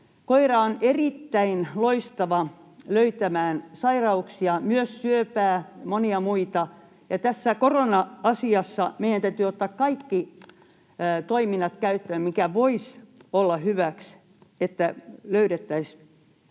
Koira on erittäin loistava löytämään sairauksia, myös syöpää, monia muita, ja tässä korona-asiassa meidän täytyy ottaa kaikki toiminnat käyttöön, mitkä voisivat olla hyväksi, että löydettäisiin